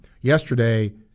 Yesterday